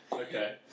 Okay